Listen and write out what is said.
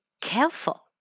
careful